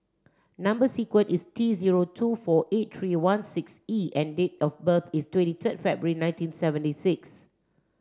number sequence is T zero two four eight three one six E and date of birth is twenty third February nineteen seventy six